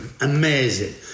amazing